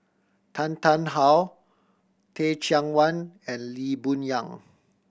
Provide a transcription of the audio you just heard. Tan Tarn How Teh Cheang Wan and Lee Boon Yang